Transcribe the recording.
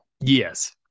Yes